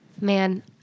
Man